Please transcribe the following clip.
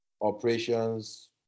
operations